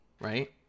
right